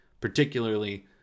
Particularly